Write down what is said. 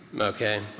okay